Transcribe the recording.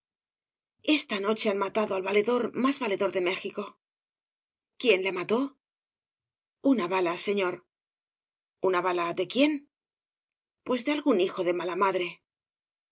esta noche han matado al valedor más valedor de méxico quién le mató una bala señor una bala de quién pues de algún hijo de mala madre